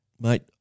Mate